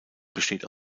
besteht